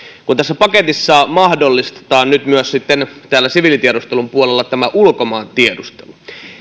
tässä paketissa mahdollistetaan nyt myös sitten täällä siviilitiedustelun puolella ulkomaantiedustelu